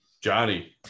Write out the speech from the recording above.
Johnny